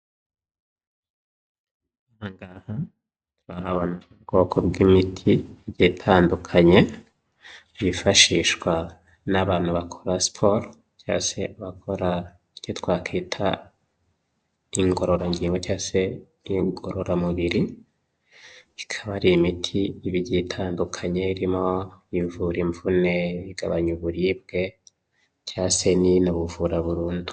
Inyongeramusaruro ni kimwe mu bintu Leta yashyizemo imbaraga, kugira ngo ifashe abahinzi kongera umusaruro. Ibyo bifasha kugira ngo abahinzi bihaze mu biribwa ndetse basagurire n'amasoko.